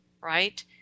right